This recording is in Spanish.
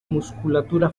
musculatura